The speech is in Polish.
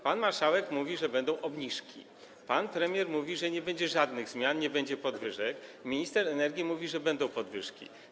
Pan marszałek mówi, że będą obniżki, pan premier mówi, że nie będzie żadnych zmian, że nie będzie podwyżek, minister energii mówi, że będą podwyżki.